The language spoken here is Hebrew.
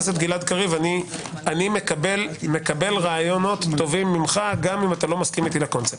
אני מקבל רעיונות טובים ממך גם אם אינך מסכים איתי בקונספט.